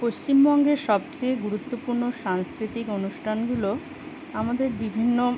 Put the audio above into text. পশ্চিমবঙ্গের সবচেয়ে গুরুত্বপূর্ণ সাংস্কৃতিক অনুষ্ঠানগুলো আমাদের বিভিন্ন